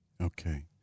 Okay